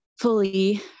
fully